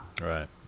Right